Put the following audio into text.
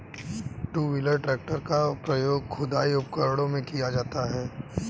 to wheeler tractor का प्रयोग खुदाई उपकरणों में किया जाता हैं